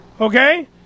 okay